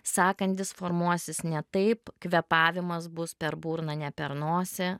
sąkandis formuosis ne taip kvėpavimas bus per burną ne per nosį